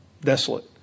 desolate